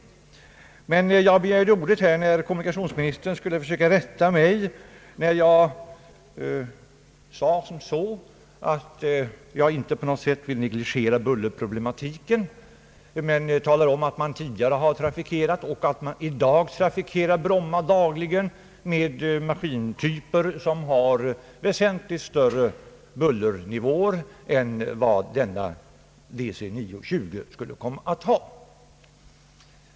Jag begärde ordet när kommunikationsministern försökte rätta mig. Jag sade att jag inte på något sätt ville negligera bullerproblemet men talade om att man tidigare har trafikerat och i dag trafikerar Bromma dagligen med maskintyper som har väsentligt högre bullernivåer än vad denna DC 9-20 skulle komma att ha.